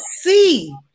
see